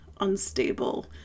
unstable